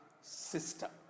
system